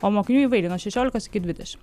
o mokinių įvairiai nuo šešiolikos iki dvidešimt